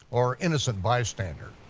or innocent bystander.